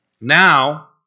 Now